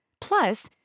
Plus